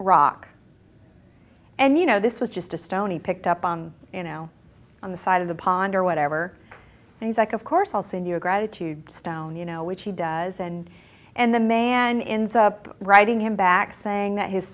rock and you know this was just a stone he picked up on you know on the side of the pond or whatever and he's like of course also in your gratitude stone you know which he does and and the man ins up writing him back saying that his